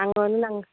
அங்கே வந்து நாங்கள்